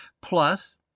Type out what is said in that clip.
Plus